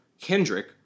Kendrick